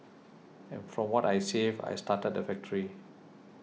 and from what I saved I started the factory